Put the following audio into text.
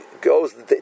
goes